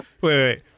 wait